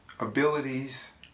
Abilities